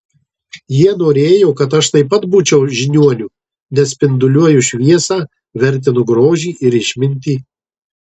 jie norėjo kad aš taip pat būčiau žiniuoniu nes spinduliuoju šviesą vertinu grožį ir išmintį